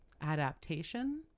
adaptation